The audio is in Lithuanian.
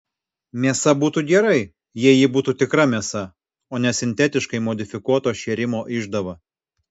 mėsa būtų gerai jei ji būtų tikra mėsa o ne sintetiškai modifikuoto šėrimo išdava